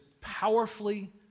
powerfully